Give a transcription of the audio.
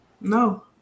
No